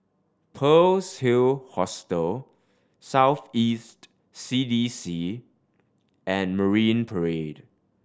Pearl's Hill Hostel South East C D C and Marine Parade